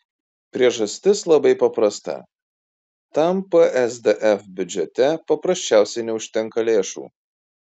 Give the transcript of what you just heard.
priežastis labai paprasta tam psdf biudžete paprasčiausiai neužtenka lėšų